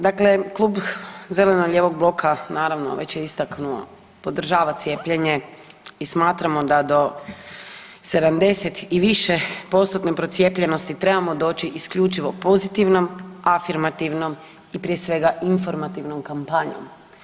Dakle, klub zeleno-lijevog bloka naravno već je istaknuo podržava cijepljenje i smatramo da do 70 i više postotne procijepljenosti trebamo doći isključivo pozitivnom, afirmativnom i prije svega informativnom kampanjom.